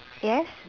yes